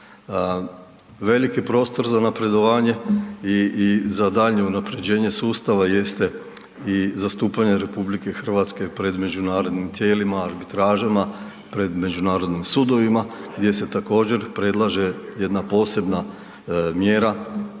Veliki prostor za napredovanje i za daljnje unapređenje sustava jeste i zastupanje RH pred međunarodnim tijelima, arbitražama, pred međunarodnim sudovima gdje se također predlaže jedna posebna mjera.